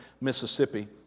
Mississippi